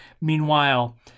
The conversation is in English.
Meanwhile